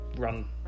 Run